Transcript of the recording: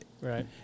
Right